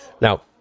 Now